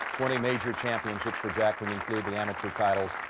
twenty major championships for jack would include the amateur titles.